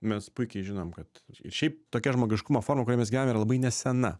mes puikiai žinom kad šiaip tokia žmogiškumo forma kuria mes gyvenam yra labai nesena